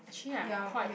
actually I am quite